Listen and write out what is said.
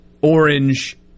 Orange